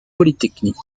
polytechnique